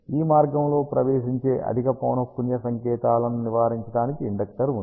ఈ మార్గంలో ప్రవేశించే అధిక పౌనఃపున్య సంకేతాలను నివారించడానికి ఇండక్టర్ ఉంది